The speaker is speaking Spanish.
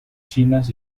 chinas